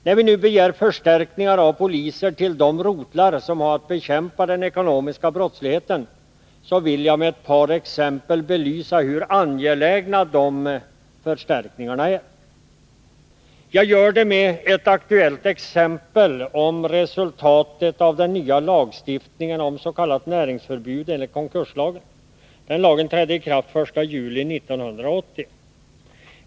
När vi nu begär förstärkningar med poliser till de rotlar som har att bekämpa den ekonomiska brottsligheten, vill jag med ett par exempel belysa hur angelägna de förstärkningarna är. Jag gör det med ett aktuellt exempel beträffande resultaten av den nya lagstiftningen oms.k. näringsförbud enligt konkurslagen. Den lagen trädde i kraft den 1 juli 1980.